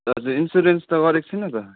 दाजु इन्सुरेन्स त गरेको छैन त